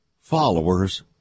followers